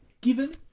Given